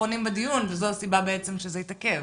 בדיון וזאת הסיבה שזה התעכב.